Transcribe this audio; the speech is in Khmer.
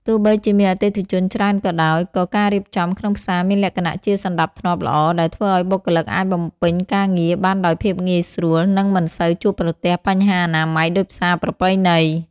ទោះបីជាមានអតិថិជនច្រើនក៏ដោយ ក៏ការរៀបចំក្នុងផ្សារមានលក្ខណៈជាសណ្តាប់ធ្នាប់ល្អ ដែលធ្វើឱ្យបុគ្គលិកអាចបំពេញការងារបានដោយភាពងាយស្រួល និងមិនសូវជួបប្រទះបញ្ហាអនាម័យដូចផ្សារប្រពៃណី។